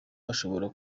ashobora